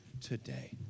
today